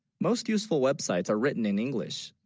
most useful websites are written in english